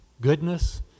goodness